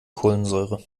kohlensäure